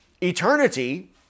eternity